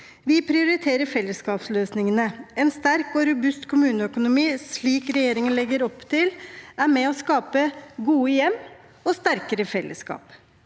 Vi prioriterer fellesskapsløsningene. En sterk og robust kommuneøkonomi, slik regjeringen legger opp til, er med på å skape gode hjem og sterkere fellesskap.